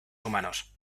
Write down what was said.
humanos